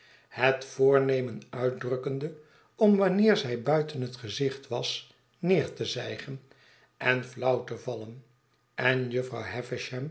hot voornemen uitdrukkende om wanneer zij buiten het gezicht was neer te zijgen en flauw te vallen en jufvrouw